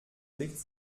legt